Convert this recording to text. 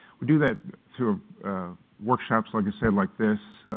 we do that through a working groups like i said, like this,